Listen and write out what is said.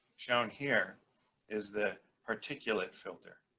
shown here is the particulate filter.